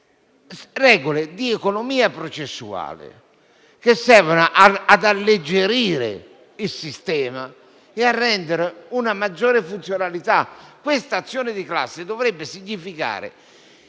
regole di economia processuale che servono ad alleggerire il sistema e a garantire una maggiore funzionalità. Quest'azione di classe dovrebbe significare